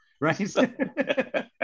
right